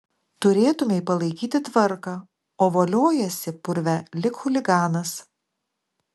turėtumei palaikyti tvarką o voliojiesi purve lyg chuliganas